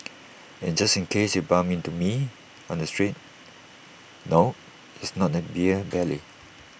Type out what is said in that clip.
in just case you bump into me on the streets no it's not A beer belly